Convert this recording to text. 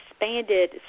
expanded